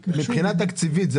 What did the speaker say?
איזה נתח מבחינה תקציבית זה